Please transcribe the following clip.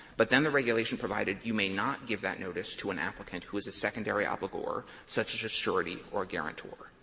but then the regulation provided you may not give that notice to an applicant who is a secondary obligor, such as a surety or a guarantor.